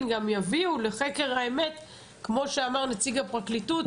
גם יביאו לחקר האמת כמו שאמר נציג הפרקליטות,